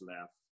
left